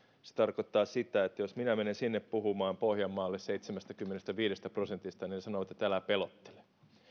se tarkoittaa sitä että jos minä menen sinne pohjanmaalle puhumaan seitsemästäkymmenestäviidestä prosentista niin he sanovat että älä pelottele